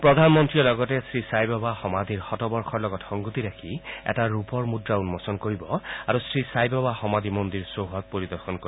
প্ৰধানমন্ত্ৰীয়ে লগতে শ্ৰীছাইবাবা সমাধিৰ শতবৰ্যৰ লগত সংগতি ৰাখি এটা ৰূপৰ মুদ্ৰা উন্মোচন কৰিব আৰু শ্ৰীছাইবাবা সমাধি মন্দিৰ চৌহদ পৰিদৰ্শন কৰিব